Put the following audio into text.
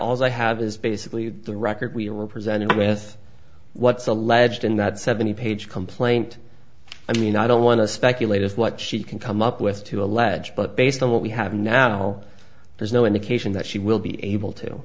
also have is basically the record we were presented with what's alleged in that seventy page complaint i mean i don't want to speculate on what she can come up with to allege but based on what we have now there's no indication that she will be able to